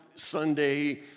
Sunday